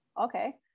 okay